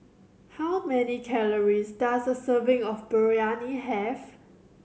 how many calories does a serving of Biryani have